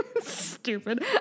Stupid